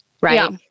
right